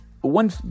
one